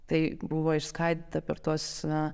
tai buvo išskaidyta per tuos na